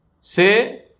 Say